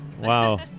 Wow